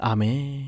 Amen